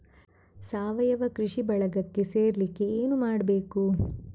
ಸಾವಯವ ಕೃಷಿ ಬಳಗಕ್ಕೆ ಸೇರ್ಲಿಕ್ಕೆ ಏನು ಮಾಡ್ಬೇಕು?